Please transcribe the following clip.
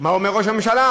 מה אומר ראש הממשלה?